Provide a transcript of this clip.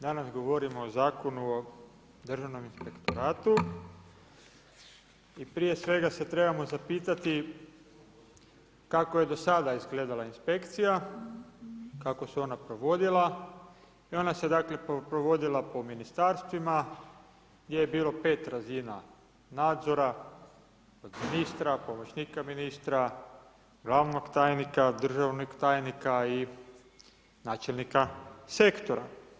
Danas govorimo o Zakonu o Državnom inspektoratu i prije svega se trebamo zapitati kako je do sada izgledala inspekcija, kako se ona provodila i ona se dakle provodila po ministarstvima gdje je bilo pet razina nadzora, od ministra, pomoćnika ministra, glavnog tajnika, državnog tajnika i načelnika sektora.